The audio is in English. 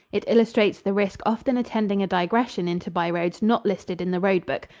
it illustrates the risk often attending a digression into byroads not listed in the road-book,